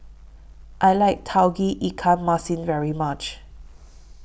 I like Tauge Ikan Masin very much